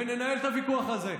וננהל את הוויכוח הזה.